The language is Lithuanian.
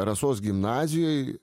rasos gimnazijoj